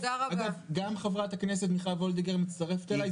אגב, גם מיכל וולדיגר מצטרפת אליי.